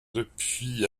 depuis